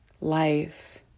life